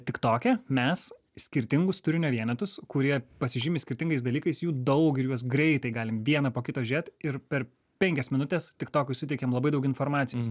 tiktoke mes skirtingus turinio vienetus kurie pasižymi skirtingais dalykais jų daug ir juos greitai galim vieną po kito žiūrėt ir per penkias minutes tiktokui suteikiam labai daug informacijos